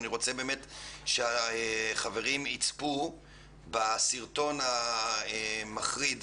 אני רוצה שהחברים יצפו בסרטון המחריד,